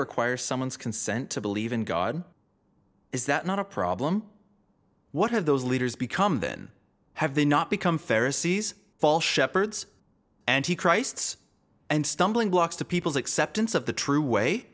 require someone's consent to believe in god is that not a problem what have those leaders become then have they not become fair sea's fall shepherds and he christs and stumbling blocks to people's acceptance of the true way